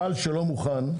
מפעל שלא מוכן,